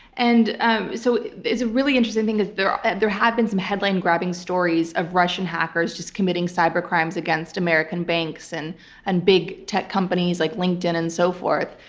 and ah so really interesting thing is there there have been some headline grabbing stories of russian hackers just committing cyber crimes against american banks and and big tech companies like linkedin and so forth.